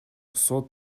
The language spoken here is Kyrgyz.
сот